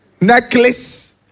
Necklace